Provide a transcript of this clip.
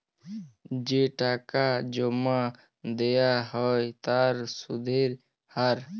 যে টাকাটা জমা দেয়া হ্য় তার সুধের হার